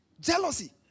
Jealousy